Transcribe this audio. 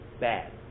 bad